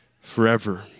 forever